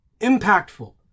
impactful